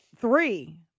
three